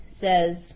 says